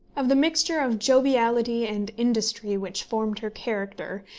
of the mixture of joviality and industry which formed her character,